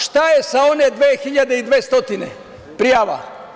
Šta je sa one 2.200 prijava?